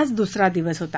आज दुसरा दिवस आहे